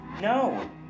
No